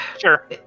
sure